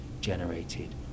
generated